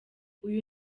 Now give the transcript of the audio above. uyu